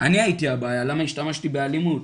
אני הייתי הבעיה, למה השתמשתי באלימות.